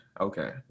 Okay